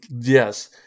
Yes